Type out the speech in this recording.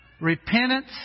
Repentance